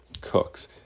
Cooks